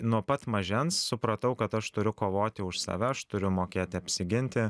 nuo pat mažens supratau kad aš turiu kovoti už save aš turiu mokėti apsiginti